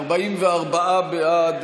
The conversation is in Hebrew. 44 בעד,